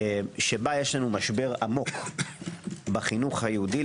בה יש לנו משבר עמוק בחינוך היהודי.